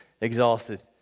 exhausted